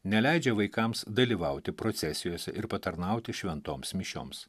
neleidžia vaikams dalyvauti procesijose ir patarnauti šventoms mišioms